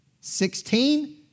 Sixteen